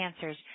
cancers